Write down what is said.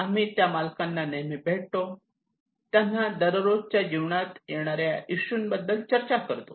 आम्ही त्या मालकांना नेहमी भेटतो त्यांना दररोजच्या जीवनात येणारे इशू बद्दल चर्चा करतो